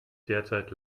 derzeit